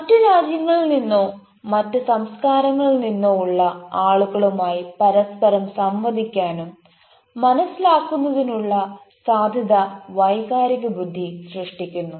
മറ്റ് രാജ്യങ്ങളിൽ നിന്നോ മറ്റ് സംസ്കാരങ്ങളിൽ നിന്നോ ഉള്ള ആളുകളുമായി പരസ്പരം സംവദിക്കാനും മനസ്സിലാക്കുന്നതിനുള്ള സാധ്യത വൈകാരിക ബുദ്ധി സൃഷ്ടിക്കുന്നു